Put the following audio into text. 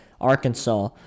Arkansas